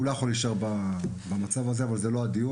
הוא לא יכול להישאר במצב הזה, אבל זה לא הדיון.